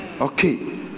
Okay